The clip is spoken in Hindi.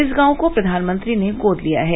इस गांव को प्रधानमंत्री ने गोद लिया है